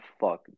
fuck